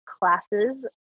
classes